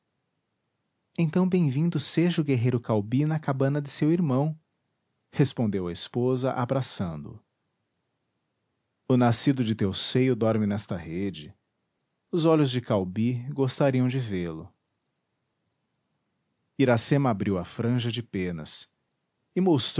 então bem-vindo seja o guerreiro caubi na cabana de seu irmão respondeu a esposa abraçando o o nascido de teu seio dorme nesta rede os olhos de caubi gostariam de vê-lo iracema abriu a franja de penas